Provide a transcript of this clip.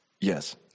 Yes